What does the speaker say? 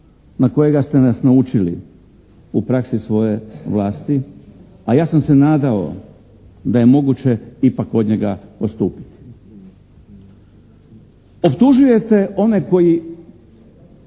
na kojega ste nas naučili u praksi svoje vlasti, a ja sam se nadao da je moguće ipak od njega odstupiti. Optužujete one koji